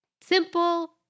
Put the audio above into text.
Simple